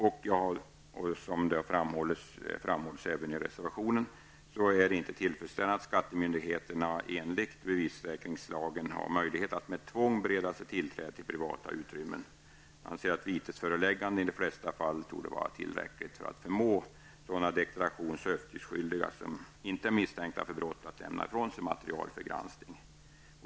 Såsom framförs i reservationen är det inte tillfredsställande att skattemyndigheterna enligt bevissäkringslagen har möjlighet att med tvång bereda sig tillträde till privata utrymmen. Jag anser att vitesföreläggande i de flesta fall torde vara tillräckligt för att förmå sådana deklarations och uppgiftsskyldiga som inte är misstänkta för brott att lämna ifrån sig material för granskning.